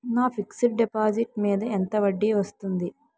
నా fixed deposit మీద ఎంత వడ్డీ వస్తుంది?